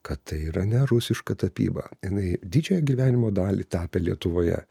kad tai yra ne rusiška tapyba jinai didžiąją gyvenimo dalį tapė lietuvoje